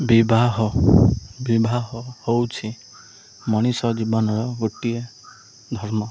ବିବାହ ବିବାହ ହେଉଛି ମଣିଷ ଜୀବନର ଗୋଟିଏ ଧର୍ମ